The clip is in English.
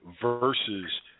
versus